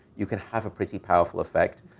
you can have a pretty powerful effect.